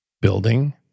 building